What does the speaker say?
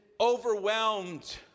overwhelmed